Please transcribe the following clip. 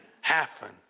happen